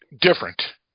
different